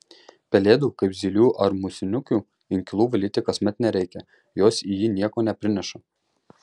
pelėdų kaip zylių ar musinukių inkilų valyti kasmet nereikia jos į jį nieko neprineša